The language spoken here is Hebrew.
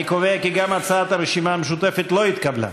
אני קובע כי גם הצעת הרשימה המשותפת לא התקבלה.